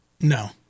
No